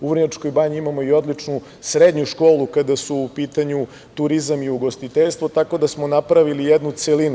U Vrnjačkoj banji imamo i odlučnu srednju školu kada su u pitanju turizam i ugostiteljstvo, tako da smo napravili jednu celinu.